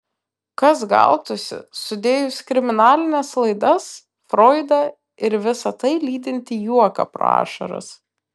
kas gautųsi sudėjus kriminalines laidas froidą ir visa tai lydintį juoką pro ašaras